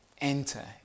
Enter